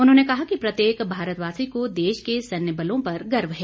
उन्होंने कहा कि प्रत्येक भारतवासी को देश के सैन्य बलों पर गर्व है